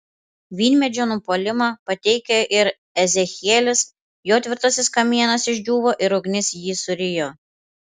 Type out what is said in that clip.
vynmedžio nupuolimą pateikia ir ezechielis jo tvirtasis kamienas išdžiūvo ir ugnis jį surijo